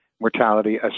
mortality